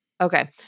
Okay